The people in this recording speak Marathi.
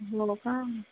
हो का